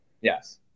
Yes